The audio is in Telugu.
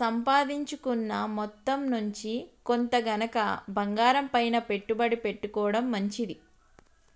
సంపాదించుకున్న మొత్తం నుంచి కొంత గనక బంగారంపైన పెట్టుబడి పెట్టుకోడం మంచిది